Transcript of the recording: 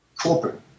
corporate